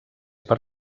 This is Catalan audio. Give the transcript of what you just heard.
per